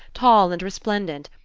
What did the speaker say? tall and resplendent,